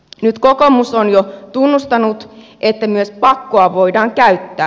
nyt kokoomus on jo tunnustanut että myös pakkoa voidaan käyttää